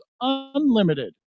unlimited